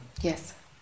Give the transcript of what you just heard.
yes